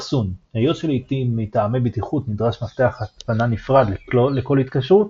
אחסון; היות שלעיתים מטעמי בטיחות נדרש מפתח הצפנה נפרד לכל התקשרות,